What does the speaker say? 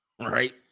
Right